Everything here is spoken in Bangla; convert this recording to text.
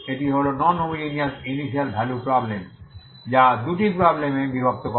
একটি হল non homogeneous initial value problem যা দুটি প্রবলেম এ বিভক্ত করে